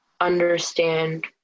understand